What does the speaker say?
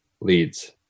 leads